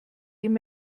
ihm